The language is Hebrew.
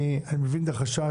אני מבין את החשש,